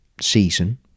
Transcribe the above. season